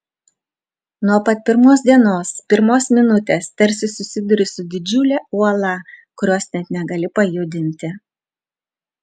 nuo pat pirmos dienos pirmos minutės tarsi susiduri su didžiule uola kurios net negali pajudinti